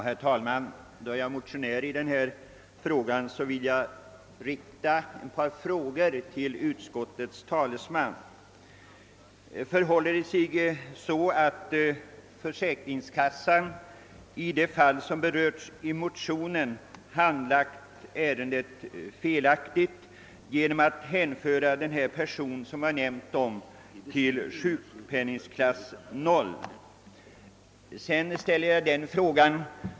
Herr talman! Då jag motionerat i detta ärende vill jag rikta ett par frågor till utskottets talesman. Har försäkringskassan i det fall som berörts i motionen handlagt ärendet felaktigt genom att hänföra den person som omnämnts till sjukpenningklass 0?